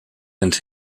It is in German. sind